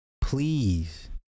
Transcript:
please